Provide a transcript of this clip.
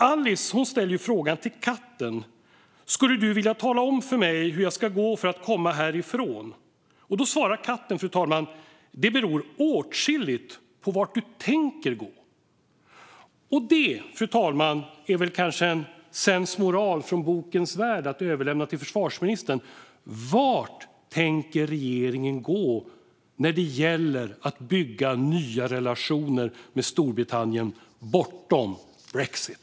Alice ställer frågan till katten: Skulle du vilja tala om för mig hur jag ska gå för att komma härifrån? Då svarar katten: Det beror åtskilligt på vart du tänker gå. Detta, fru talman, är väl kanske en sensmoral från bokens värld att överlämna till försvarsministern. Vart tänker regeringen gå när det gäller att bygga nya relationer med Storbritannien bortom brexit?